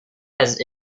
has